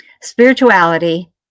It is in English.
spirituality